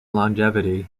longevity